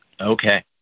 Okay